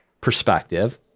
perspective